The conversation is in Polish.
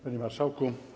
Panie Marszałku!